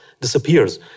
disappears